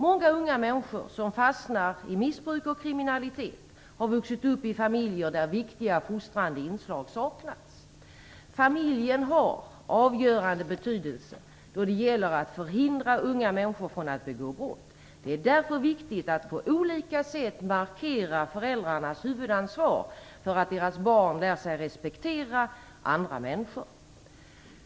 Många unga människor som fastnar i missbruk och kriminalitet har vuxit upp i familjer där viktiga fostrande inslag saknats. Familjen har avgörande betydelse då det gäller att förhindra unga människor från att begå brott. Det är därför viktigt att på olika sätt markera föräldrarnas huvudansvar för att deras barn lär sig respektera andra människor.